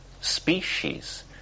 species